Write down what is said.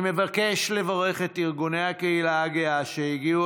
אני מבקש לברך את ארגוני הקהילה הגאה שהגיעו